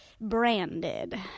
branded